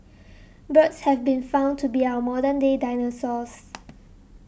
birds have been found to be our modern day dinosaurs